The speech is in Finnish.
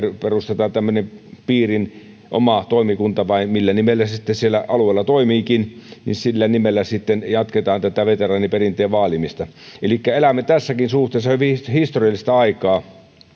perustetaan tämmöinen piirin oma toimikunta tai millä nimellä se sitten siellä alueella toimiikin niin sillä nimellä sitten jatketaan tätä veteraaniperinteen vaalimista elikkä elämme tässäkin suhteessa hyvin historiallista aikaa